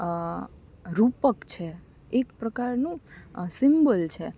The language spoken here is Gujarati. રૂપક છે એક પ્રકારનું સિમ્બોલ છે